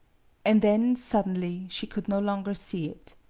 and then suddenly she could no longer see it.